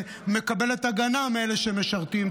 ומקבלת הגנה מאלה שמשרתים.